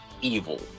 evil